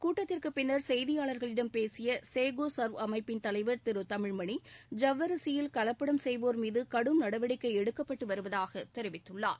கூட்டத்திற்குப் பின்னர் செய்தியாளர்களிடம் பேசிய சேகோ சர்வ் அமைப்பின் தலைவர் திரு என் தமிழ்மணி ஜவ்வரிசியில் கலப்படம் செய்வோர் மீது கடும் நடவடிக்கை எடுக்கப்பட்டு வருவதாக தெரிவித்துள்ளார்